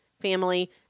family